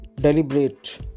deliberate